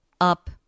up